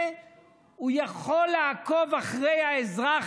ועם המכשיר הזה הוא יכול לעקוב אחרי האזרח